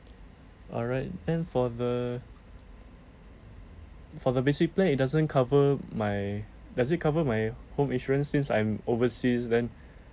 alright then for the for the basic plan it doesn't cover my does it cover my home insurance since I'm overseas then